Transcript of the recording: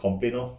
complain lor